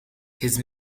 his